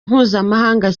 mpuzamahanga